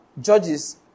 judges